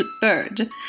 Bird